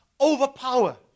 overpower